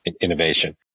innovation